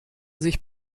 sich